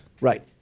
Right